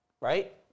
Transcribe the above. right